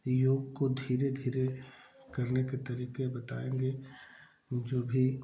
योग को धीरे धीरे करने के तरीके बताएँगे जो भी